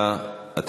בעד.